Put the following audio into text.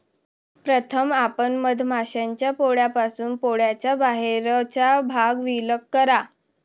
प्रथम आपण मधमाश्यांच्या पोळ्यापासून पोळ्याचा बाहेरचा भाग विलग करा